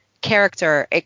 character